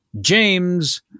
James